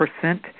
percent